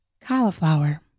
cauliflower